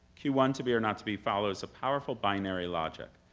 q one to be or not to be follows a powerful binary logic.